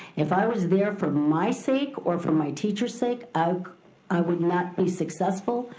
if i was there for my sake or for my teachers' sake, um i would not be successful,